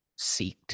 seeked